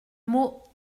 mot